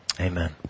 Amen